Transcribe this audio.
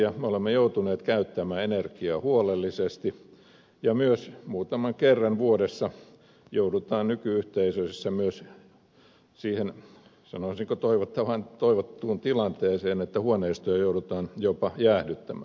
me olemme joutuneet käyttämään energiaa huolellisesti ja muutaman kerran vuodessa joudutaan nyky yhteisöissä myös siihen sanoisinko toivottuun tilanteeseen että huoneistoja joudutaan jopa jäähdyttämään